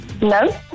No